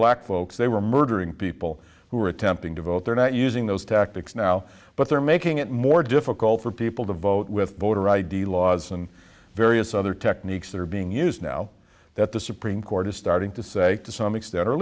black folks they were murdering people who were attempting to vote they're not using those tactics now but they're making it more difficult for people to vote with voter id laws and various other techniques that are being used now that the supreme court is starting to say to some extent